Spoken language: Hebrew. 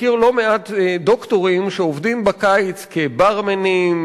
אני מכיר לא מעט דוקטורים שעובדים בקיץ כברמנים,